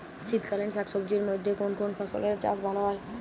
শীতকালীন শাকসবজির মধ্যে কোন কোন ফসলের চাষ ভালো হয়?